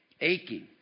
aching